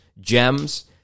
gems